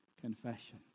Confession